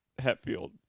hetfield